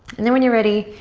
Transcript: and then when you're ready,